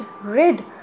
rid